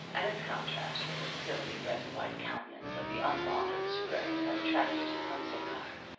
and its contrast with the silly, red and-white countenance of the unlaundered soubrette had attracted his homesick heart.